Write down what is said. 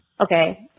Okay